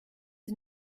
sie